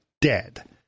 dead